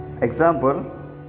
Example